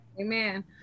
Amen